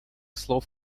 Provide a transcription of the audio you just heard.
слов